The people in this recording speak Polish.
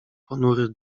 ponury